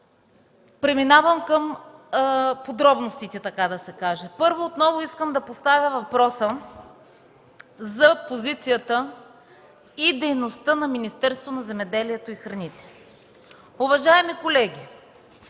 Преминавам към подробностите. Първо, отново искам да поставя въпроса за позицията и дейността на Министерството на земеделието и храните. Уважаеми колеги,